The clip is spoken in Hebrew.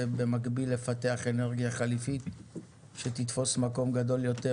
ובמקביל לפתח אנרגיה חליפית שתתפוס מקום גדול יותר